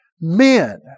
men